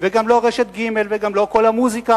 וגם לא רשת ג' וגם לא "קול המוזיקה"